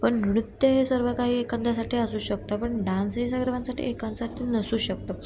पण नृत्य हे सर्व काही एखाद्यासाठी असू शकतं पण डान्स हे सर्वांसाठी एकासाठी नसू शकतं